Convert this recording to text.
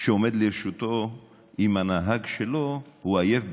שעומד לרשותו אם הנהג שלו עייף,